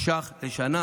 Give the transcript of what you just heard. ש"ח לשנה.